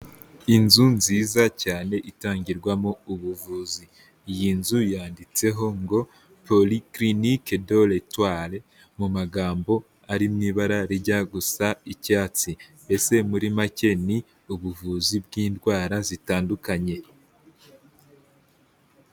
Inzu nziza cyane itangirwamo ubuvuzi, iyi nzu yanditseho ngo poli kilinike do letware mu magambo ari mu ibara rijya gusa icyatsi, mbese muri make ni ubuvuzi bw'indwara zitandukanye.